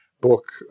book